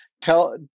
tell